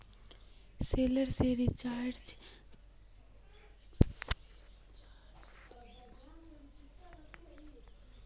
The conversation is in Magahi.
सोलर से सिंचाई करना फसल लार केते अच्छा होचे या खराब?